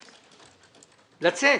לצאת.